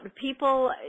people